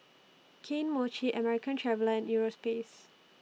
Kane Mochi American Traveller Europace